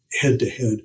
head-to-head